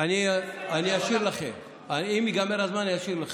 אם ייגמר הזמן, אשיר לכם.